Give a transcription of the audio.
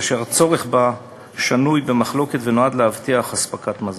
אשר הצורך בה אינו שנוי במחלוקת והיא נועדה להבטיח אספקת מזון.